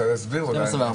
תסביר אולי.